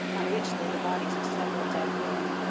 on which lay the bodies of several dead women,